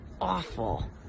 awful